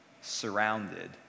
surrounded